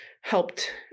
helped